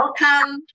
welcome